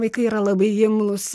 vaikai yra labai imlūs